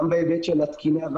גם בהיבט של התקינה,